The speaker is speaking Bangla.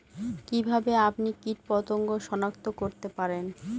কিভাবে আপনি কীটপতঙ্গ সনাক্ত করতে পারেন?